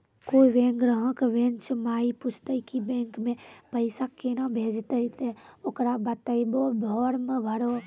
कोय बैंक ग्राहक बेंच माई पुछते की बैंक मे पेसा केना भेजेते ते ओकरा बताइबै फॉर्म भरो